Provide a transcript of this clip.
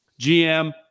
GM